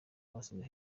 basizwe